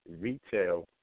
retail